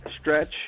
Stretch